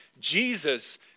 Jesus